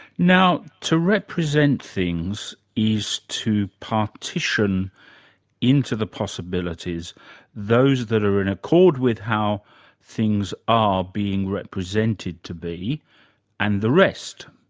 now, to represent things is to partition into the possibilities those that are in accord with how things are being represented to be and the rest.